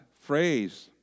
phrase